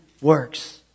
works